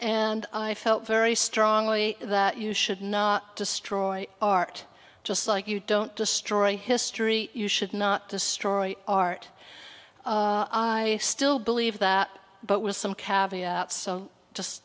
and i felt very strongly that you should not destroy art just like you don't destroy history you should not destroy art i still believe that but with some